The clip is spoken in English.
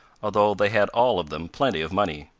although they had all of them plenty of money.